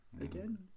Again